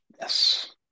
Yes